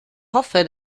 hoffe